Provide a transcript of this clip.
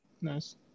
Nice